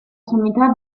sommità